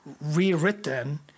rewritten